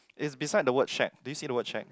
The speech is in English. it's beside the word shack do you see the word shack